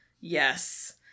Yes